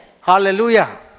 Hallelujah